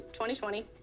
2020